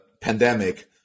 pandemic